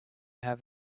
have